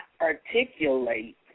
articulate